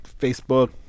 facebook